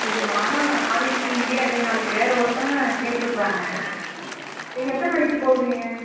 சரிம்மா ஆனால் நாளைக்கு முடியாதே நாளைக்கு வேறு ஒருத்தவங்க கேட்டுருக்கிறாங்க நீங்கள் எத்தனை மணிக்கு போவீங்க